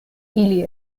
ili